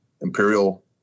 Imperial